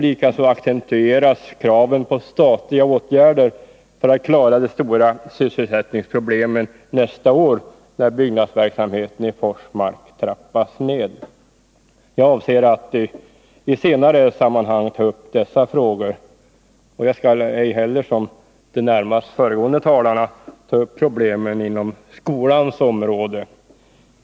Likaså accentueras kraven på statliga åtgärder för att klara de stora sysselsättningsproblemen nästa år, när byggnadsverksamheten i Forsmark trappas ned. Jag avser att i senare sammanhang ta upp dessa frågor. Jag skall ej heller som de närmast föregående talarna ta upp problemen inom skolans område.